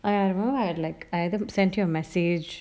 I I remember I haven't send her a message